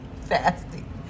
fasting